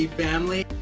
family